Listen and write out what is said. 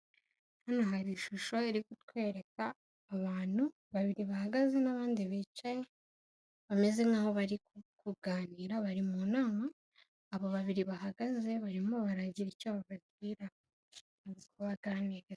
Hano hari ishusho iri kutwereka abantu babiri bahagaze n'abandi bicaye, bameze nk'aho bari kuganira bari mu nama; aba babiri bahagaze barimo baragira icyo bababwira, bari kubaganiriza.